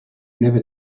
never